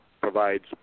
provides